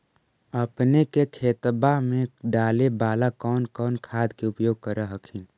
अपने के खेतबा मे डाले बाला कौन कौन खाद के उपयोग कर हखिन?